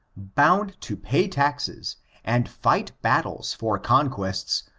bound to pay taxes and fight battles for conquests,